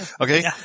Okay